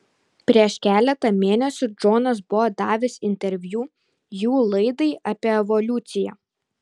prieš keletą mėnesių džonas buvo davęs interviu jų laidai apie evoliuciją